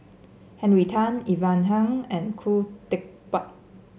Henry Tan Ivan Heng and Khoo Teck Puat